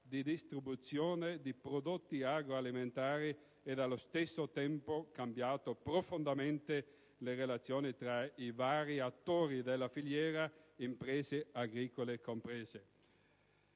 di distribuzione di prodotti agroalimentari e, allo stesso tempo, ha cambiato profondamente le relazioni tra i vari attori della filiera, imprese agricole comprese.